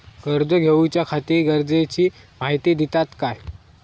कर्ज घेऊच्याखाती गरजेची माहिती दितात काय?